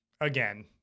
again